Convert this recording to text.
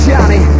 Johnny